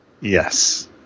Yes